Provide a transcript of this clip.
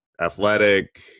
athletic